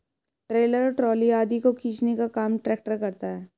trailer और trolley आदि को खींचने का काम ट्रेक्टर करता है